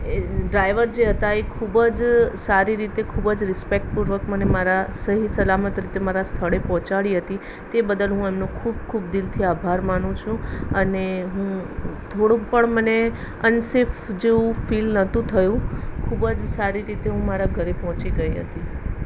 એ driver જે હતા એ ખૂબ જ સારી રીતે ખૂબ જ રિસ્પેક્ટપૂર્વક મને મારા સહી સલામત રીતે મારા સ્થળે પહોંચાડી હતી તે બદલ હું એમનો ખૂબ ખૂબ દિલથી આભાર માનું છું અને હું થોડુંક પણ મને અનસેફ જેવુ ફિલ નહોતું થયું ખૂબ જ સારી રીતે હું મારા ઘરે પહોંચી ગઈ હતી